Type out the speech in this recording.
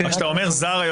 מה שאתה אומר "זר",